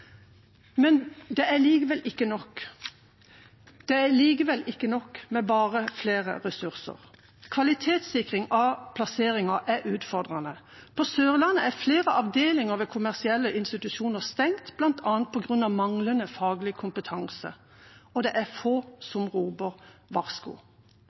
Det er likevel ikke nok med bare flere ressurser. Kvalitetssikring av plasseringer er utfordrende. På Sørlandet er flere avdelinger ved kommersielle institusjoner stengt, bl.a. på grunn av manglende faglig kompetanse, og det er få